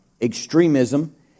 extremism